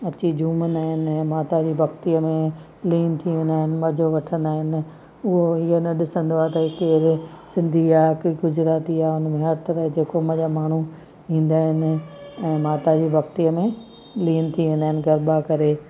अची झूमंदा आहिनि ऐं माता जी भक्तिअ में लीन थी वेंदा आहिनि मज़ो वठंदा आहिनि उहो इहो न ॾिसंदो आहे त की केरु सिंधी आहे की गुजराती आहे हुन में हर तरह जे क़ौम जा माण्हू ईंदा आहिनि ऐं माता जी भक्तिअ में लीन थी वेंदा आहिनि गरबा करे